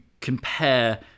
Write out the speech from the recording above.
compare